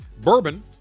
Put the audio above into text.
bourbon